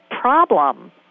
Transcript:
problem